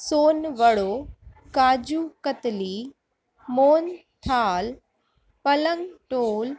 सोन वड़ो काजू कतली मोहनथाल पलंगतोल